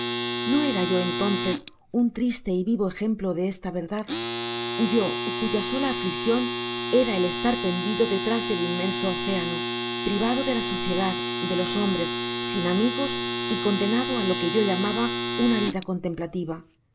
no era yo entonces un triste y vivo ejemplo de esta vetdad yo cuya sola afliccion era el testar perdido detras del inmenso océano pri vado i de la isociedad de los hombres sin amigos y condenado á lo que yo llamaba una vida contemplativa